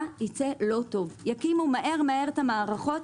שייצא לא טוב כי יקימו מהר את המערכות,